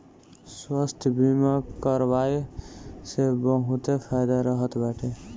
स्वास्थ्य बीमा करवाए से बहुते फायदा रहत बाटे